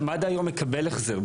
מד"א כיום מקבל החזר.